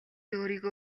өөрийгөө